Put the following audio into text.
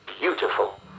beautiful